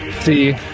see